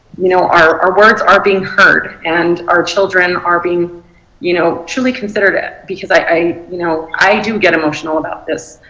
you know, our our words are being heard and our children are being you know truly considered. ah because i i you know do get emotional about this.